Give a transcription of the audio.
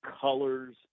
colors